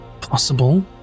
possible